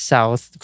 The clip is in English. South